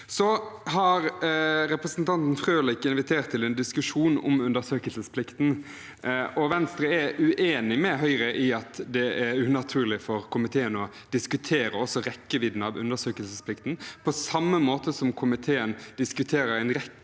Brenna. Representanten Frølich har invitert til en diskusjon om undersøkelsesplikten. Venstre er uenig med Høyre i at det er unaturlig for komiteen å diskutere også rekkevidden av undersøkelsesplikten. På samme måte som komiteen diskuterer en rekke